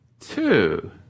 Two